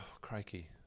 crikey